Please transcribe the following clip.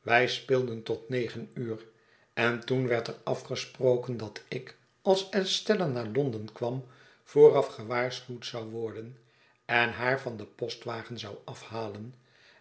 wij speelden tot negen uur en toen werd er afgesproken dat ik als estella naar londen kwam vooraf gewaarschuwd zou worden en haar van s den postwagen zou afhalen